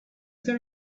there